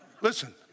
Listen